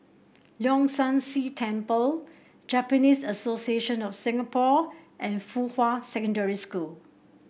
Leong San See Temple Japanese Association of Singapore and Fuhua Secondary School